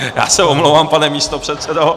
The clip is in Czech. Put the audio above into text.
Já se omlouvám, pane místopředsedo...